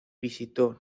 visitó